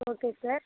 okay sir